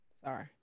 Sorry